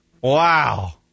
Wow